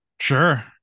Sure